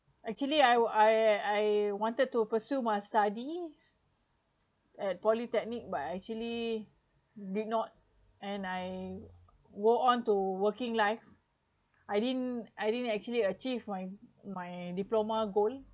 actually I wa~ I I wanted to pursue my studies at polytechnic but I actually did not and I go on to working life I didn't I didn't actually achieve my my diploma goal